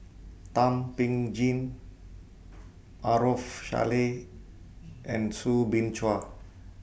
Thum Ping Tjin Maarof Salleh and Soo Bin Chua